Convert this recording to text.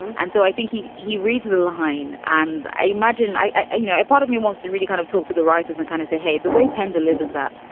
and so i think he he reads the line. and i imagine i i you know, a part of me wants to really kind of talk to the writers and kind of say, hey, the way penn delivers that,